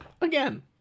Again